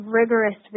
rigorous